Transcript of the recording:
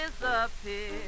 disappear